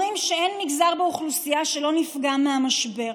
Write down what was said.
אומרים שאין מגזר באוכלוסייה שלא נפגע מהמשבר,